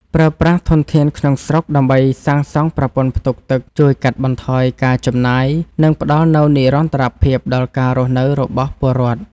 ប្រើប្រាស់ធនធានក្នុងស្រុកដើម្បីសាងសង់ប្រព័ន្ធផ្ទុកទឹកជួយកាត់បន្ថយការចំណាយ និងផ្តល់នូវនិរន្តរភាពដល់ការរស់នៅរបស់ពលរដ្ឋ។